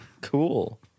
cool